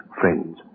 friends